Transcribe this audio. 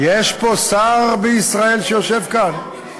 יש פה שר בישראל, שיושב כאן?